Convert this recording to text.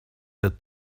der